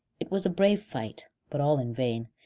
it was a brave fight, but all in vain,